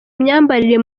myambarire